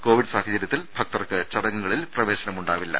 Covid സാഹചര്യത്തിൽ ഭക്തർക്ക് ചടങ്ങുകളിൽ പ്രവേശനമുണ്ടാവില്ല